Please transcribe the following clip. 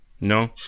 No